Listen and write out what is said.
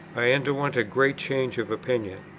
i underwent a great change of opinion.